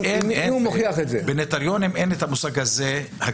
אם הוא מוכיח את זה --- בנוטריונים אין את המושג "הקפאה".